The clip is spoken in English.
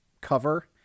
cover